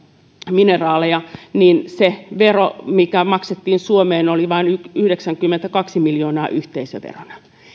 mineraaleja niin se vero mikä maksettiin suomeen oli vain yhdeksänkymmentäkaksi miljoonaa yhteisöverona